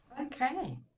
Okay